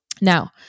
Now